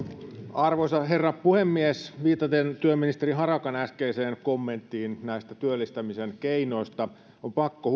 arvoisa herra puhemies viitaten työministeri harakan äskeiseen kommenttiin näistä työllistämisen keinoista on pakko